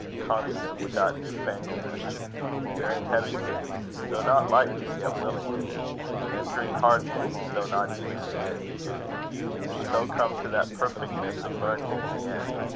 constant without new-fangleness bearing heavy things, though not lightly, yet willingly entering hard things, though not easily, yet deeply and so come to that perfectness of learning in the end,